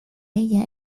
ella